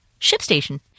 Shipstation